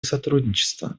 сотрудничество